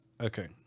Okay